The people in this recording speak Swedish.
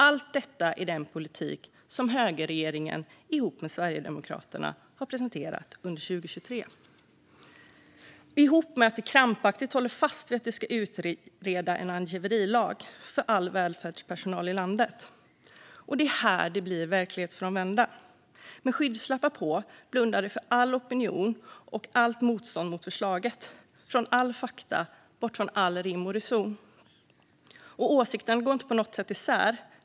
Allt detta är den politik som högerregeringen ihop med Sverigedemokraterna har presenterat under 2023 - ihop med att de krampaktigt håller fast vid att de ska utreda en angiverilag för all välfärdspersonal i landet. Det är här de blir helt verklighetsfrånvända. Med skygglappar på blundar de för all opinion och allt motstånd mot förslaget och för alla fakta - bort från all rim och reson. Åsikterna går inte på något sätt isär.